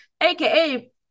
aka